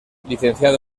licenciado